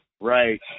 Right